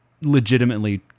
legitimately